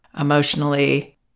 emotionally